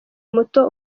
muto